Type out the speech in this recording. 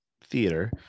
theater